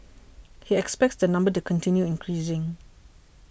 he expects the number to continue increasing